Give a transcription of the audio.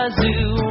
zoo